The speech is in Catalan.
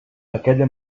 aquella